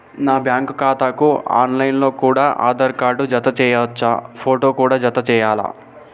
నా బ్యాంకు ఖాతాకు online లో కూడా ఆధార్ కార్డు జత చేయవచ్చా ఫోటో కూడా జత చేయాలా?